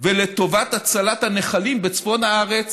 ולטובת הצלת הנחלים בצפון הארץ,